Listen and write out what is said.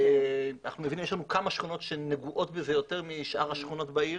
ואנחנו מבינים שיש כמה שכונות שנגועות בזה יותר משאר השכונות בעיר,